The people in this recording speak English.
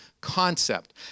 concept